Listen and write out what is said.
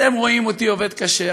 אתם רואים אותי עובד קשה,